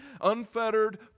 unfettered